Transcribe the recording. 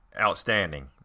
outstanding